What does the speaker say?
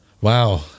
wow